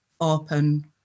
open